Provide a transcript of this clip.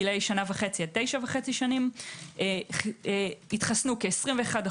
גילאי שנה וחצי עד 9.5. התחסנו כ-21%